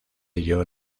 ello